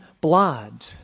blood